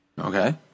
Okay